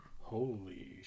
holy